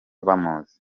bamuzi